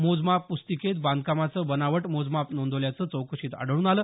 मोजमाप प्रस्तिकेत बांधकामाचं बनावट मोजमाप नोंदवल्याचं चौकशीत आढळून आलं